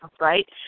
right